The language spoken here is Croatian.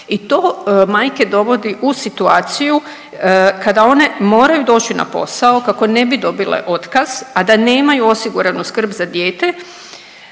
i to majke dovodi u situaciju kada one moraju doći na posao kako ne bi dobile otkaz, a da nemaju osiguranu skrb za dijete.